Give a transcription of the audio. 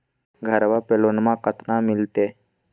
घरबा पे लोनमा कतना मिलते?